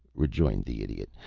rejoined the idiot,